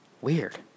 weird